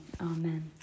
amen